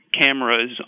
cameras